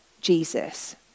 Jesus